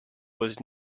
was